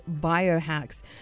biohacks